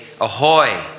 ahoy